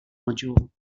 module